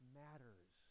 matters